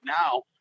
now